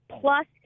Plus